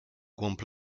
głąb